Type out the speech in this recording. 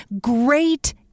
great